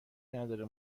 نداره